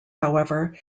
however